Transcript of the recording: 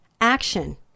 action